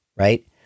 Right